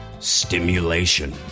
Stimulation